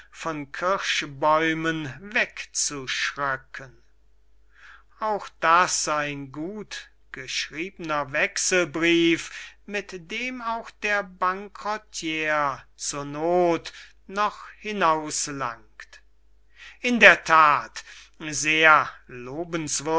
von kirschbäumen wegzuschröcken auch das ein gut geschriebener wechselbrief mit dem auch der bankerotirer zur noth noch hinauslangt in der that sehr